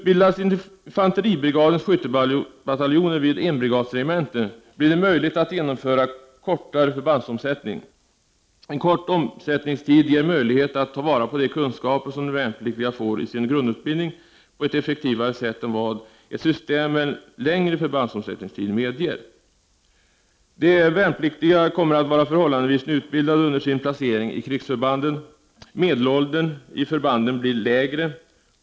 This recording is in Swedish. Om infanteribrigadens skyttebataljoner utbildas vid enbrigadsregementen möjliggörs en kortare förbandsomsättning. En kort omsättningstid gör det möjligt att ta vara på de kunskaper som de värnpliktiga får isin grundutbildning på ett effektivare sätt än vad ett system med längre förbandsomsättningstider medger. De värnpliktiga kommer att vara förhållandevis nyutbildade under sin placering i krigsförbanden. Medelåldern i förbanden blir lägre.